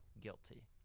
guilty